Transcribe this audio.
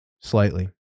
Slightly